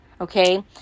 okay